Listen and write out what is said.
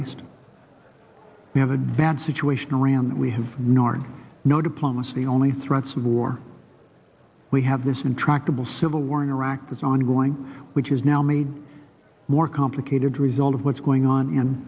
east we have advanced situation iran that we have north no diplomacy only threats of war we have this intractable civil war in iraq that's ongoing which is now made more complicated a result of what's going on in